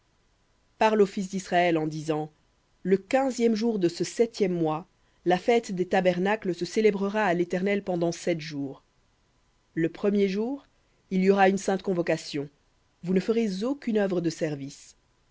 aux fils d'israël en disant le quinzième jour de ce septième mois la fête des tabernacles à l'éternel pendant sept jours le premier jour il y aura une sainte convocation vous ne ferez aucune œuvre de service